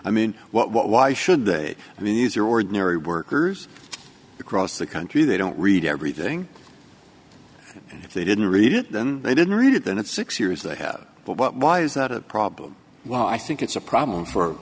what why should they i mean these are ordinary workers across the country they don't read everything and if they didn't read it then they didn't read it then it's six years they have why is that a problem well i think it's a problem for